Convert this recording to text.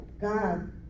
god